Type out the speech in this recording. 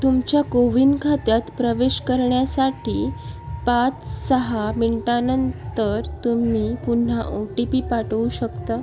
तुमच्या कोविन खात्यात प्रवेश करण्यासाठी पाच सहा मिनटानंतर तुम्ही पुन्हा ओ टी पी पाठवू शकता